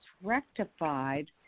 rectified